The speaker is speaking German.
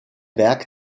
werk